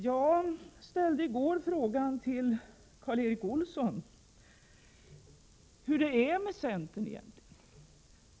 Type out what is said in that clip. Jag ställde i går frågan till Karl Erik Olsson hur det egentligen förhåller sig med centern.